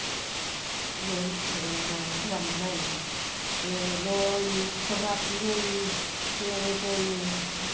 ते लोह्ड़ी दिबाली बनाई ही ते ओह् होई गेई शिबरात्री होई गेई फिर एहदे च